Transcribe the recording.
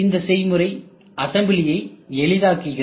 இந்த செய்முறை அசம்பிளியை எளிதாக்குகிறது